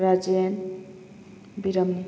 Rajen ꯕꯤꯔꯝꯅꯤ